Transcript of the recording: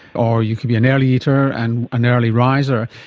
or you could be an early eater and an early riser.